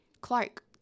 Clark